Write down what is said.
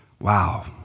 Wow